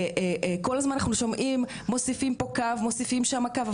כל הזמן אנחנו שומעים - מוסיפים פו קו מוסיפים שם קו.